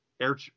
air